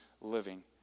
living